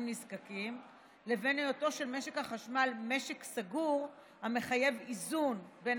נזקקים לבין היותו של משק החשמל משק סגור המחייב איזון בין